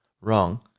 wrong